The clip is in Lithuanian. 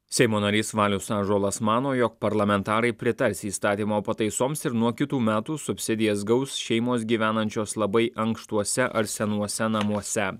seimo narys valius ąžuolas mano jog parlamentarai pritars įstatymo pataisoms ir nuo kitų metų subsidijas gaus šeimos gyvenančios labai ankštuose ar senuose namuose